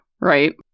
right